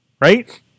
right